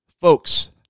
folks